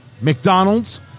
McDonald's